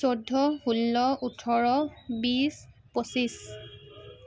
চৈধ্য ষোল্ল ওঠৰ বিছ পঁচিছ